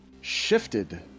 shifted